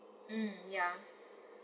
mm ya